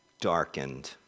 darkened